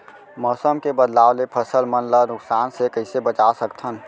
मौसम के बदलाव ले फसल मन ला नुकसान से कइसे बचा सकथन?